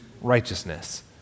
righteousness